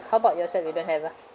how about yourself you don't have ah